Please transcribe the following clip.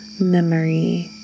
memory